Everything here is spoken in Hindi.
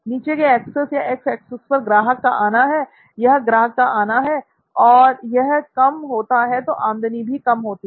नीचे के एक्सेस या एक्स एक्सेस पर ग्राहक का आना है यह ग्राहक का आना है जब यह कम होता है तो आमदनी भी कम होती है